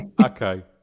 Okay